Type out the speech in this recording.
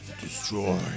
Destroy